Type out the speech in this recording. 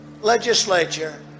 legislature